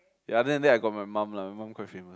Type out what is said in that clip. ya other than that I got my mum lah my mum quite famous